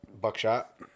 buckshot